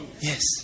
Yes